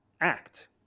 act